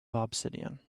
obsidian